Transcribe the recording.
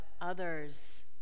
others